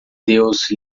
deus